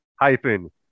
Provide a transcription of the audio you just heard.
hyphen